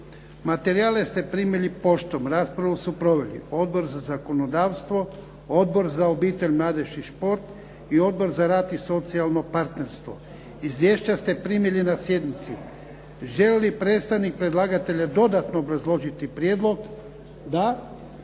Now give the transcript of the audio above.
Materijale ste primili poštom. Raspravu su proveli Odbor za zakonodavstvo, Odbor za obitelj, mladež i šport i Odbor za rad i socijalno partnerstvo. Izvješća ste primili na sjednici. Želi li predstavnik predlagatelja dodatno obrazložiti prijedlog? Da.